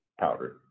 powder